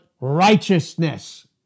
righteousness